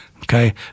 okay